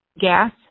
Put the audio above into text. gas